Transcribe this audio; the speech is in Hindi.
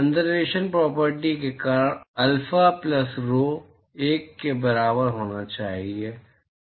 कंसरवेशन प्रोपर्टी के कारण अल्फा प्लस आरओ 1 के बराबर होना चाहिए